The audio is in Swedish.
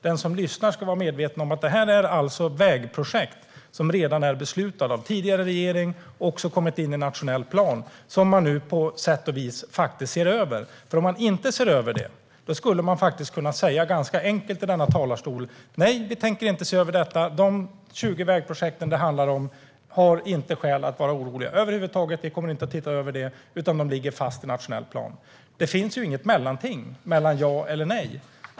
Den som lyssnar ska vara medveten om att det här alltså är vägprojekt som redan är beslutade av den tidigare regeringen och som kommit in i nationell plan, och nu ser man på sätt och vis faktiskt över dem. Vore det så att man inte ser över dem skulle man faktiskt ganska enkelt kunna säga i denna talarstol att nej, vi tänker inte se över detta. De 20 vägprojekt som det handlar om finns det inte skäl att vara orolig för över huvud taget, för vi kommer inte att se över dem - de ligger fast i nationell plan. Det finns inget mellanting mellan ja och nej.